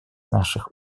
наших